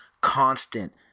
constant